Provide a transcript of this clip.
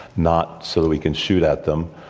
not so we can shoot at them,